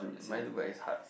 my look like it's hearts